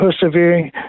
persevering